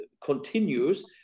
continues